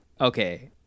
okay